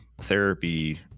therapy